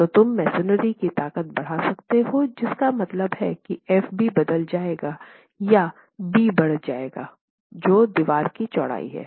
तो तुम मसोनरी की ताकत बढ़ा सकते हो जिसका मतलब है कि Fb बदल जाएगा या बी बढ़ जाएगा जो दीवार की चौड़ाई है